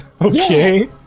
Okay